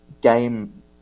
game